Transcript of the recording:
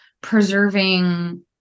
preserving